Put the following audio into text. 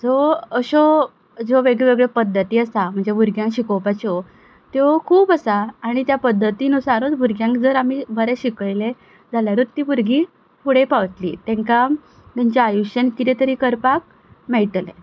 so अश्यो ज्यो वेगळ्योवेगळ्यो पद्दती आसा म्हणजे भुरग्यांक शिकोपाच्यो त्यो खूब आसा आनी त्या पद्दती नुसारूच भुरग्यांक जर आमी बरें शिकयलें जाल्यारूच तीं भुरगीं फुडें पावतलीं तांकां तांच्या आयुश्यान कितें तरी करपाक मेळटलें